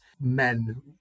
men